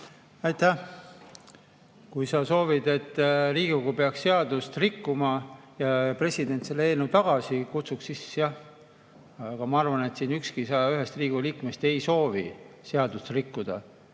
Aitäh! Kui sa soovid, et Riigikogu peaks seadust rikkuma ja president selle eelnõu tagasi kutsuks, siis jah. Aga ma arvan, et ükski 101-st Riigikogu liikmest ei soovi seadust rikkuda